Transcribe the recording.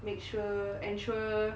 make sure ensure